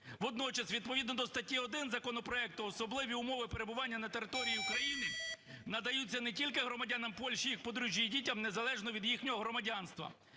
Водночас, відповідно до статті 1 законопроекту, особливі умови перебування на території України надаються не тільки громадянам Польщі їх подружжю і дітям незалежно від їхнього громадянства.